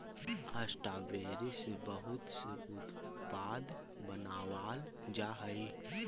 strawberry से बहुत से उत्पाद बनावाल जा हई